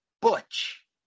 Butch